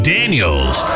Daniels